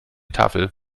tafel